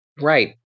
Right